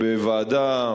לוועדה,